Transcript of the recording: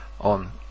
on